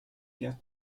gerd